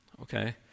okay